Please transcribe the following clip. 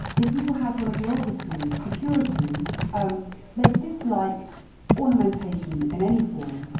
if people had one of the older spoons, the puritans, um they disliked ornamentation in any form.